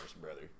brother